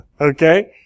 Okay